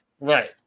Right